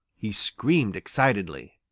he screamed excitedly.